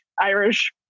irish